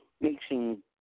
mixing